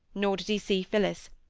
nor did he see phillis,